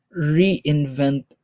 reinvent